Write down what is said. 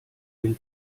den